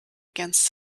against